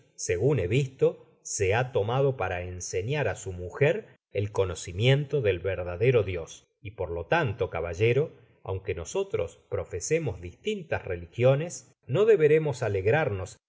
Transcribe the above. segua be visto se ba tomado paraenseñar á su mujer el conocimiento del verdaderoi dios y por lo tanto cataaltaf ro aunque nosotros profesemos distinta religiones noi deberemos alegrarnos